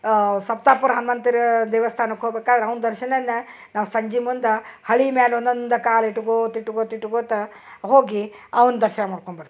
ಸಪ್ತಾಪುರ ಹನುಮಂತ್ರ ದೇವಸ್ಥಾನಕ್ ಹೋಗ್ಬೇಕಾದ್ರ ಅವ್ನ ದರ್ಶನನ ನಾವು ಸಂಜೆ ಮುಂದ ಹಳಿ ಮ್ಯಾಲ ಒಂದೊಂದು ಕಾಲ್ ಇಟ್ಕೋತ ಇಟ್ಕೋತ ಇಟ್ಕೋತ ಹೋಗಿ ಅವ್ನ ದರ್ಶನ ಮಾಡ್ಕೊಂಬರ್ತಿದ್ವಿ